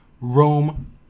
Rome